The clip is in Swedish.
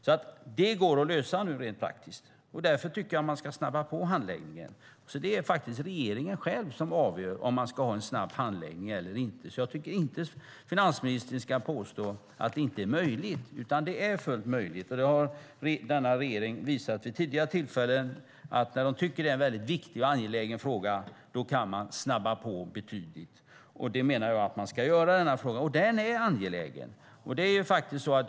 Detta går alltså att lösa nu rent praktiskt. Därför tycker jag att man ska snabba på handläggningen. Det är regeringen själv som avgör om man ska ha en snabb handläggning eller inte. Jag tycker inte att finansministern ska påstå att det inte är möjligt, utan det är fullt möjligt. Det har denna regering visat vid tidigare tillfällen; när de tycker att det är en viktig och angelägen fråga kan de snabba på betydligt. Det menar jag att man ska göra i denna fråga. Frågan är angelägen.